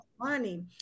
money